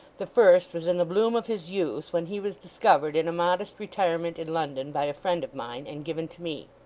the first was in the bloom of his youth, when he was discovered in a modest retirement in london, by a friend of mine, and given to me.